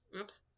Oops